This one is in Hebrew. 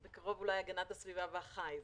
אולי בקרוב: הגנת הסביבה והחי.